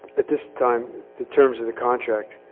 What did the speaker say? at this time the terms of the contract.